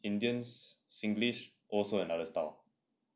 indians singlish also another style